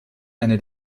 eine